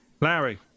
Larry